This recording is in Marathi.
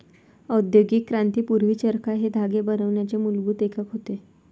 औद्योगिक क्रांती पूर्वी, चरखा हे धागे बनवण्याचे मूलभूत एकक होते